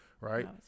Right